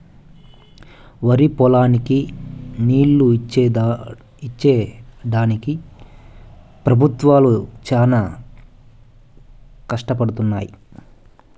వరిపొలాలకి నీళ్ళు ఇచ్చేడానికి పెబుత్వాలు చానా కష్టపడుతున్నయ్యి